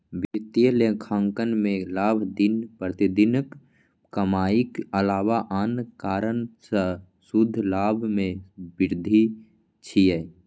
वित्तीय लेखांकन मे लाभ दिन प्रतिदिनक कमाइक अलावा आन कारण सं शुद्ध लाभ मे वृद्धि छियै